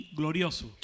glorioso